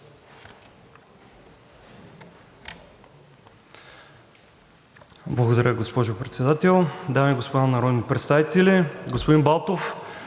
Благодаря, госпожо Председател. Дами и господа народни представители! Господин Балтов,